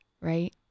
right